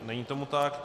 Není tomu tak.